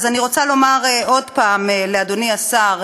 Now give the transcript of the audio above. אז אני רוצה לומר עוד פעם לאדוני השר,